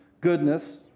goodness